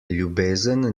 ljubezen